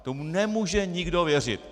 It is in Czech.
Tomu nemůže nikdo věřit.